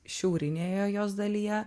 šiaurinėje jos dalyje